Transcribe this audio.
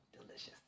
delicious